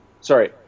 Sorry